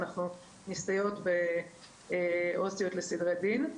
אנחנו מסתייעות בעובדות סוציאליות לסדרי דין.